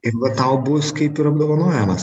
ir va tau bus kaip ir apdovanojimas